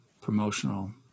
promotional